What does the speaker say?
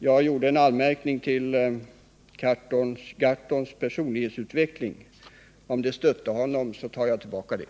Jag gjorde en anmärkning om Per Gahrtons personlighetsutveckling. Om det stötte honom tar jag tillbaka den.